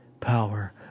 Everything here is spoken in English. power